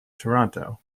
toronto